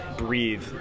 breathe